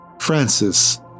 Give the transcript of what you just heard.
Francis